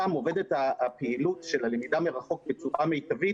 שם עובדת הפעילות של הלמידה מרחוק בצורה מיטבית,